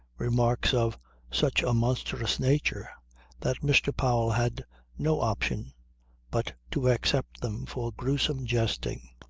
remarks of such a monstrous nature that mr. powell had no option but to accept them for gruesome jesting.